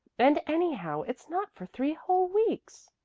and anyhow it's not for three whole weeks.